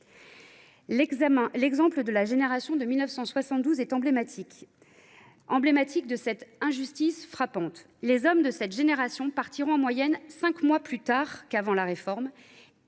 L’exemple de la génération de 1972 est emblématique de cette injustice frappante : les hommes de cette génération partiront en moyenne cinq mois plus tard qu’avant la réforme,